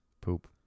Poop